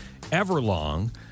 Everlong